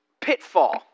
pitfall